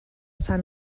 sant